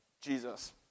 Jesus